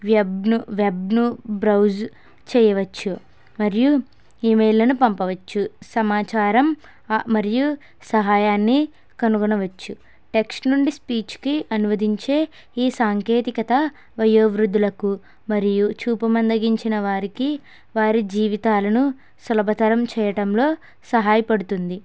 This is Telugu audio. వెబ్ ను వెబ్ ను బ్రౌజ్ చేయవచ్చు మరియు ఈమెయిల్ లను పంపవచ్చు సమాచారం మరియు సహాయాన్ని కనుగొనవచ్చు టెక్స్ట్ నుండి స్పీచ్ కి అనువదించే ఈ సాంకేతికత వయోవృద్ధులకు మరియు చూపు మందగించిన వారికి వారి జీవితాలను సులభతరం చేయటంలో సహాయపడుతుంది